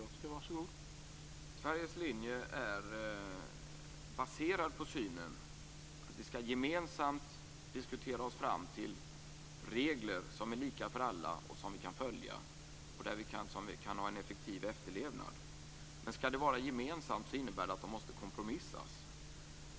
Herr talman! Sveriges linje är baserad på synen att vi gemensamt skall diskutera oss fram till regler som är lika för alla, som vi kan följa och där vi kan ha en effektiv efterlevnad. Men skall det vara gemensamt innebär det att det måste kompromissas.